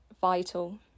vital